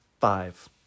Five